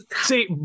see